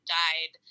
died